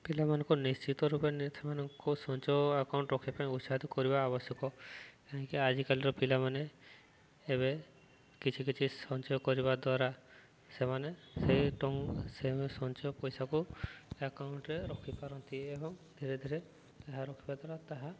ପିଲାମାନଙ୍କୁ ନିଶ୍ଚିତ ରୂପେ ସେମାନଙ୍କୁ ସଞ୍ଚୟ ଆକାଉଣ୍ଟ ରଖିବା ପାଇଁ ଉତ୍ସାହିତ କରିବା ଆବଶ୍ୟକ କାହିଁକି ଆଜିକାଲିର ପିଲାମାନେ ଏବେ କିଛି କିଛି ସଞ୍ଚୟ କରିବା ଦ୍ୱାରା ସେମାନେ ସେଇ ସେ ସଞ୍ଚୟ ପଇସାକୁ ଆକାଉଣ୍ଟରେ ରଖିପାରନ୍ତି ଏବଂ ଧୀରେ ଧୀରେ ତାହା ରଖିବା ଦ୍ୱାରା ତାହା